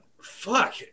Fuck